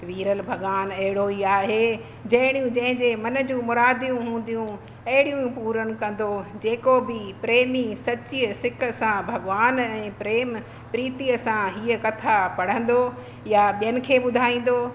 वीरल भाॻवानु अहिड़ो ई आहे जहिड़ियूं जंहिंजे मन जूं मुरादियूं हूंदियूं अहिड़ियूं पूरनि कंदो जेको बि प्रेमी सचीअ सिक सां भॻवान ऐं प्रेम प्रीतिअ सां हीअ कथा पढ़ंदो या ॿियनि खे ॿुधाईंदो